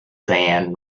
sand